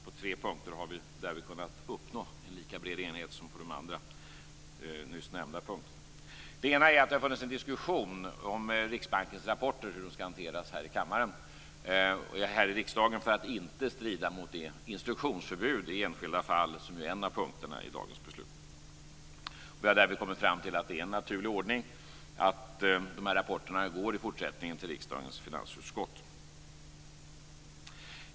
På tre punkter har vi därvid kunnat uppnå lika bred enighet som på de andra nyss nämnda punkterna. Det har varit en diskussion om hur Riksbankens rapporter skall hanteras här i riksdagen för att inte strida mot det instruktionsförbud i enskilda fall som ju är en av punkterna i dagens beslut. Vi har därvid kommit fram till att det är en naturlig ordning att de här rapporterna i fortsättningen går till riksdagens finansutskott.